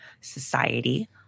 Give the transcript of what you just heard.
Society